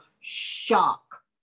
shock